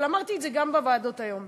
אבל אמרתי את זה גם בוועדות היום: